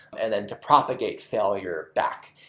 and then to propagate failure back.